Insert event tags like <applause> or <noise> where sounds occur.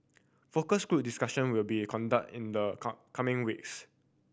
focus group discussion will be conducted in the <unintelligible> coming weeks